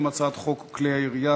חמישה בעד.